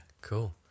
Cool